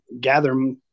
gather